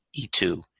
E2